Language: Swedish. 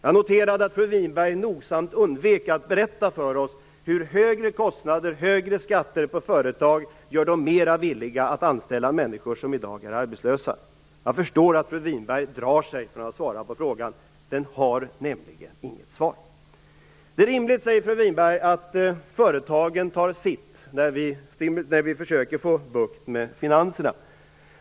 Jag noterade att fru Winberg nogsamt undvek att berätta för oss hur högre kostnader och högre skatter på företag gör de mer villiga att anställa människor som i dag är arbetslösa. Jag förstår att fru Winberg drar sig för att svara på den frågan. Den har nämligen inget svar. Det är rimligt, säger fru Winberg, att företagen tar sitt när vi försöker få bukt med finanserna.